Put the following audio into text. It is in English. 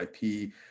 IP